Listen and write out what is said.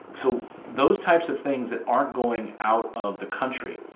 so those types of things that aren't going out of the country,